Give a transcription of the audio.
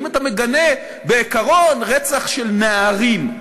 האם אתה מגנה בעיקרון רצח של נערים,